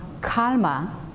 karma